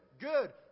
Good